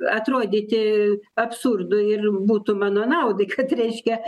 atrodyti absurdu ir būtų mano naudai kad reiškia